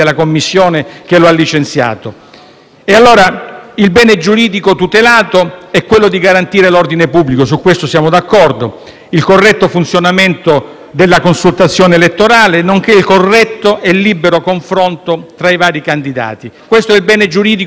Il bene giuridico tutelato è garantire l'ordine pubblico - su questo siamo d'accordo - il corretto funzionamento della consultazione elettorale, nonché il corretto e libero confronto tra i vari candidati. Questo è il bene giuridico che dobbiamo tutelare e difendere.